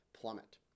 plummet